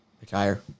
Retire